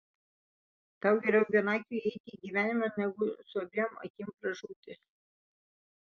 tau geriau vienakiui įeiti į gyvenimą negu su abiem akim pražūti